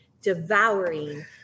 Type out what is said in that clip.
devouring